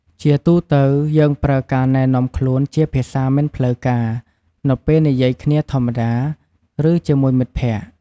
ជាទូទៅ យើងប្រើការណែនាំខ្លួនជាភាសាមិនផ្លូវការ នៅពេលនិយាយគ្នាធម្មតា ឬជាមួយមិត្តភក្តិ។